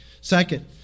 Second